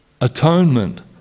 atonement